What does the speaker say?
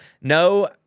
no